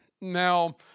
Now